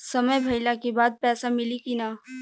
समय भइला के बाद पैसा मिली कि ना?